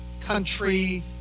country